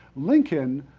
lincoln